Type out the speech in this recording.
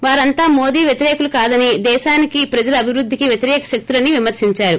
వారంతా మోదీ వ్యతిరేకులు కాదనీ దేశానికి ప్రజల అభివృద్దికి వ్యతిరేక శక్తులని విమర్పించారు